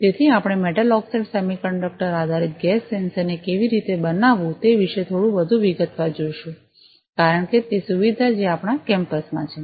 તેથી આપણે metal oxide semiconductor આધારિત ગેસ સેન્સર ને કેવી રીતે બનાવવું તે વિશે થોડું વધુ વિગતવાર જોશું કારણ કે તે સુવિધા જે આપણા કેમ્પસમાં છે